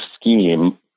scheme